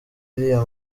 iriya